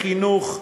בחינוך,